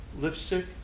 lipstick